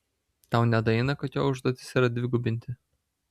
tau nedaeina kad jo užduotis yra dvigubinti